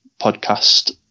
podcast